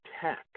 Tech